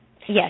Yes